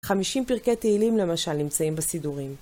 50 פרקי תהילים למשל נמצאים בסידורים.